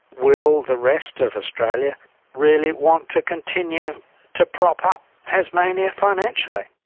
will the rest of australia really want to continue to prop up tasmania financially?